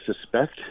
suspect